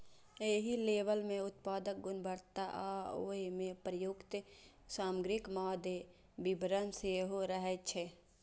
एहि लेबल मे उत्पादक गुणवत्ता आ ओइ मे प्रयुक्त सामग्रीक मादे विवरण सेहो रहै छै